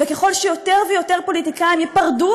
וככל שיותר ויותר פוליטיקאים ייפרדו